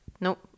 Nope